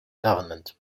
government